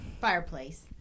fireplace